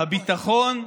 הביטחון,